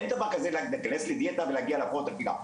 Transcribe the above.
אין דבר כזה להיכנס לדיאטה ולהגיע להפרעות אכילה',